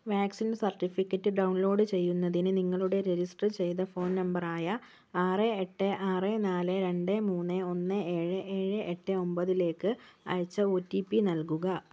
vaccine certificate download ചെയ്യുന്നതിന് നിങ്ങളുടെ register ചെയ്ത ഫോൺ നമ്പറായ ആറ് എട്ട് ആറ് നാല് രണ്ട് മൂന്ന് ഒന്ന് ഏഴ് ഏഴ് എട്ട് ഒൻപതിലേയ്ക്ക് അയച്ച ഒ ടി പി നൽകുക